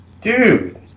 dude